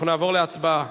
אנחנו נעבור להצבעה,